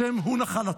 השם הוא נחלתו.